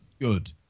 good